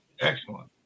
Excellent